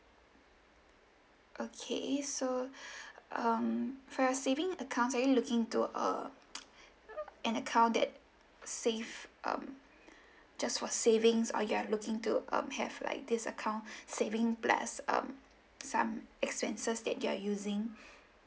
okay so um for your saving accounts are you looking into uh an account that save um just for savings or you are looking to um have like this account saving plus um some expenses that you're using